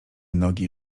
nogi